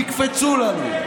תקפצו לנו.